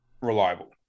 reliable